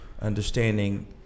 understanding